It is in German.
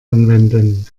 anwenden